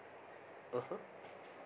(uh huh)